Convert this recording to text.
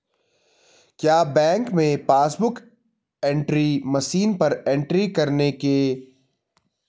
क्या बैंक में passbook book entry machine पर एंट्री करने में कोई कर्मचारी मदद कर सकते हैं?